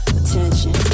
attention